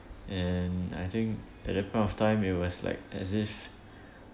and I think at that point of time it was like as if